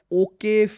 okay